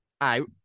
out